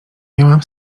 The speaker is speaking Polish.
miałam